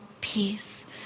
peace